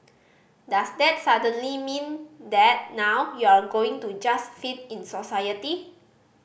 does that suddenly mean that now you're going to just fit in society